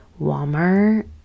walmart